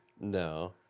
no